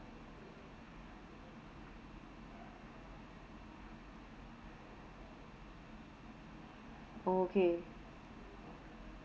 okay